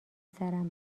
سرم